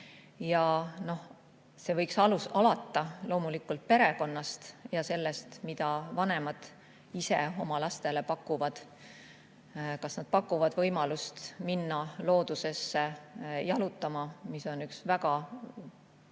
See võiks alata loomulikult perekonnast ja sellest, mida vanemad ise oma lastele pakuvad. Kas nad pakuvad võimalust minna loodusesse jalutama, mis on üks väga